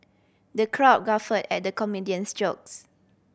the crowd guffawed at the comedian's jokes